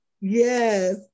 Yes